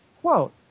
Quote